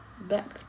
Back